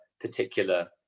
particular